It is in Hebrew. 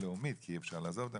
בינלאומית כי אי אפשר לעזוב אותה